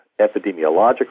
epidemiological